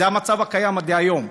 זה המצב הקיים היום.